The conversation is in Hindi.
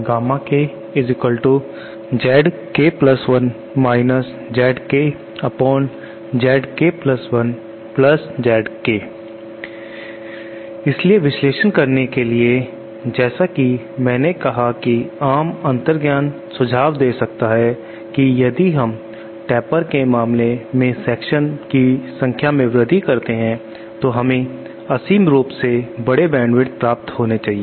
k Zk1 - ZkZk1 Zk इसलिए विश्लेषण करने के लिए जैसा कि मैंने कहा कि आम अंतर्ज्ञान सुझाव दे सकता है कि यदि हम टेपर के मामले में सेक्शंस की संख्या में वृद्धि करते हैं तो हमें असीम रूप से बड़े बैंडविथ प्राप्त होने चाहिए